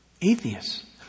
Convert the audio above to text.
atheists